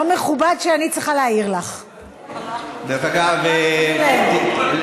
מי החליט להצביע עם טיבי,